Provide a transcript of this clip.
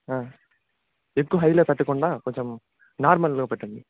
ఎక్కువ హైలో పెట్టకుండా కొంచెం నార్మల్లో పెట్టండి